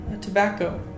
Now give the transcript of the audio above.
tobacco